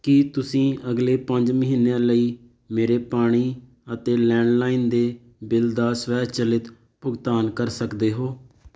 ਕੀ ਤੁਸੀਂਂ ਅਗਲੇ ਪੰਜ ਮਹੀਨਿਆਂ ਲਈ ਮੇਰੇ ਪਾਣੀ ਅਤੇ ਲੈਂਡਲਾਈਨ ਦੇ ਬਿੱਲ ਦਾ ਸਵੈਚਲਿਤ ਭੁਗਤਾਨ ਕਰ ਸਕਦੇ ਹੋ